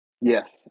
Yes